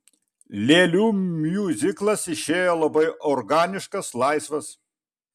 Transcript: lėlių miuziklas išėjo labai organiškas laisvas